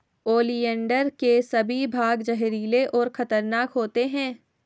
oleander के सभी भाग जहरीले और खतरनाक होते हैं